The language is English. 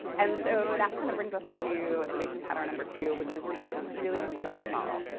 and so that kind of brings us to innovation pattern number two, which is that you should really start small.